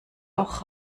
auch